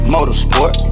Motorsport